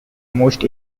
most